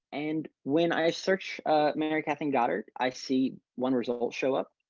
and when i search mary catherine goddard. i see one result show up.